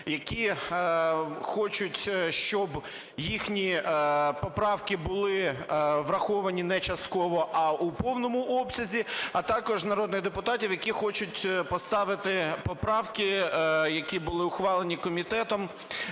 які хочуть, щоб їхні поправки були враховані не частково, а у повному обсязі, а також народних депутатів, які хочуть поставити поправки, які були ухвалені комітетом,